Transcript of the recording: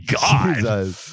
God